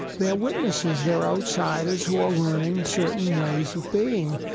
they're witnesses. they're outsiders who are learning certain ways of being.